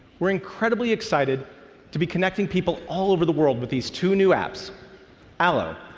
we're incredibly excited to be connecting people all over the world with these two new apps allo,